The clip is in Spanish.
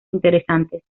interesantes